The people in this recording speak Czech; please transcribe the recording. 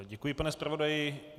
Děkuji, pane zpravodaji.